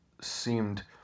seemed